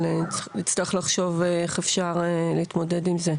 אבל נצטרך לחשוב איך אפשר להתמודד עם זה.